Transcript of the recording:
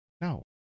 No